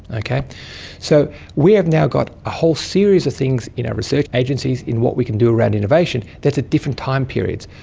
ah so we have now got a whole series of things in our research agencies in what we can do around innovation that is at different time periods.